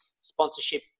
sponsorship